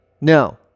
No